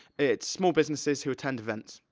it's small businesses who attend events.